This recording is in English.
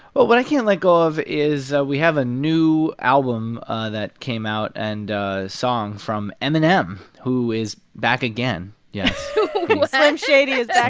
but what i can't let go of is we have a new album that came out and a song from eminem, who is back again, yes slim shady is yeah